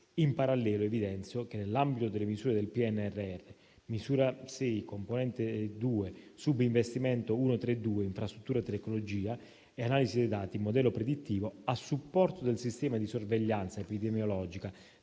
In parallelo, evidenzio che, nell'ambito delle misure del PNRR (Missione 6 Salute, Componente 2: Sub-investimento 1.3.2 Infrastruttura tecnologica del MdS e analisi dei dati, modello predittivo), a supporto del sistema di sorveglianza epidemiologica